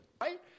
Right